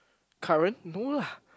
current no lah